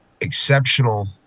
exceptional